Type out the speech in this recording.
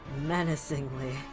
Menacingly